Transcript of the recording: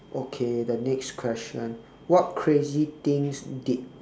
okay the next question what crazy things did